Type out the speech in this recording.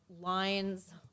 lines